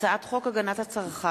הצעת חוק הגנת הצרכן